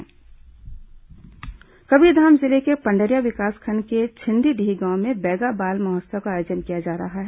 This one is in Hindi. बैगा बाल महोत्सव कबीरधाम जिले के पंडरिया विकासखंड के छिन्दीडीह गांव में बैगा बाल महोत्सव का आयोजन किया जा रहा है